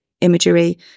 imagery